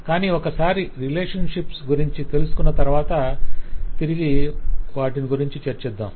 కాని ఒకసారి రిలేషన్షిప్స్ గురించి తెలుసకొన్న తరవాత తిరగి వాటి గురించి చర్చిద్దాం